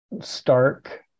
stark